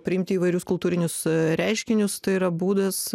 priimti įvairius kultūrinius reiškinius tai yra būdas